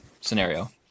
scenario